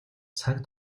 цаг